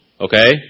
okay